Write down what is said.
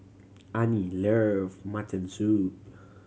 Anie love mutton soup